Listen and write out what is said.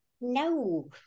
no